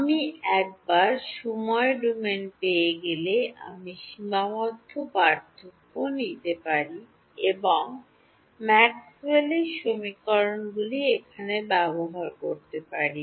আমি একবার সময় ডোমেনে ডি পেয়ে গেলে আমি সীমাবদ্ধ পার্থক্য নিতে পারি এবং ম্যাক্সওয়েলের Maxwell'sসমীকরণগুলি এখানে ব্যবহার করতে পারি